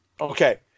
Okay